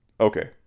Okay